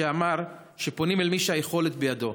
שאמר שפונים אל מי שהיכולת בידו.